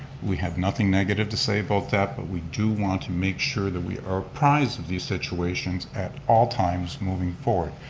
we have nothing negative to say about that but we do want to make sure that we are apprised of these situations at all times moving forward.